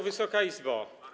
Wysoka Izbo!